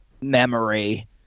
memory